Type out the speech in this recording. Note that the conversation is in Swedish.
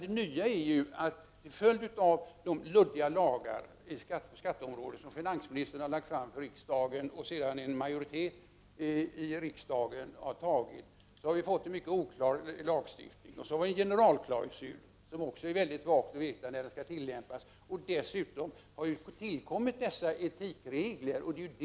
Det nya är att till följd av de luddiga lagarna på skatteområdet som finansministern har lagt fram förslag till riksdagen om och som sedan en majoritet i riksdagen har fattat beslut om, har vi fått en mycket oklar lagstiftning. Det är vidare svårt att veta när generalklausulen skall tillämpas. Dessutom har etikregler tillkommit. Det är detta som det nu gäller.